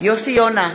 יוסי יונה,